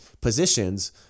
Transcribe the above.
positions